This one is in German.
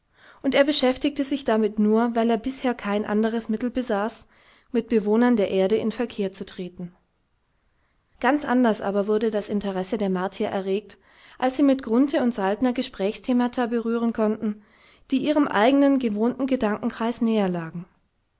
und er beschäftigte sich damit nur weil er bisher kein anderes mittel besaß mit bewohnern der erde in verkehr zu treten ganz anders aber wurde das interesse der martier erregt als sie mit grunthe und saltner gesprächsthemata berühren konnten die ihrem eigenen gewohnten gedankenkreis näherlagen